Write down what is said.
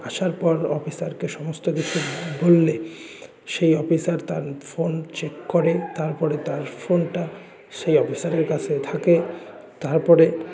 আসার পর অফিসারকে সমস্ত কিছু বললে সেই অফিসার তার ফোন চেক করেন তারপরে তার ফোনটা সেই অফিসারের কাছে থাকে তারপরে